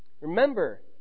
Remember